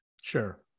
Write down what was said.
sure